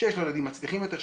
שיש לו ילדים מצליחים יותר,